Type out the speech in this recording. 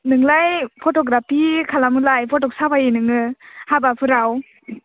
नोंलाय फट'ग्राफि खालामोलाय फट' साफायोनो नोङो हाबाफोराव